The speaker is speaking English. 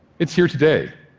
it's here today,